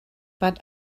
but